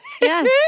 Yes